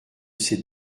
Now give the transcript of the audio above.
ces